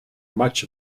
much